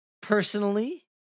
personally